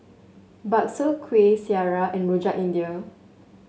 bakso Kuih Syara and Rojak India